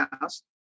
house